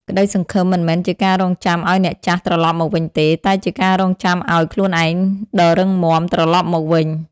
ក្តីសង្ឃឹមមិនមែនជាការរង់ចាំឱ្យអ្នកចាស់ត្រឡប់មកវិញទេ តែជាការរង់ចាំឱ្យ "ខ្លួនឯងដ៏រឹងមាំ" ត្រឡប់មកវិញ។